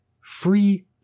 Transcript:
Free